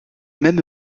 même